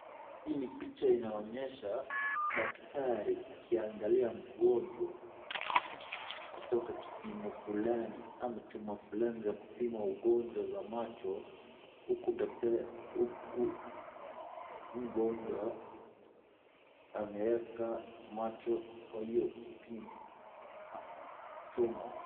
Ni picha inonyesha daktari akiangalia mgonjwa kutoka kipimo fulani ya kupima macho.